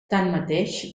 tanmateix